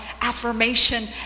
Affirmation